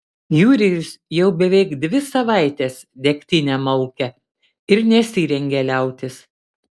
jurijus jau beveik dvi savaites degtinę maukia ir nesirengia liautis